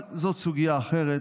אבל זאת סוגיה אחרת.